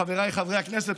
חבריי חברי הכנסת,